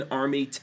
army